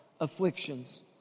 afflictions